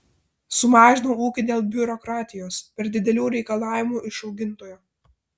sumažinau ūkį dėl biurokratijos per didelių reikalavimų iš augintojo